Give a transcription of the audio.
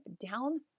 down